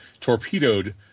torpedoed